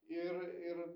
ir ir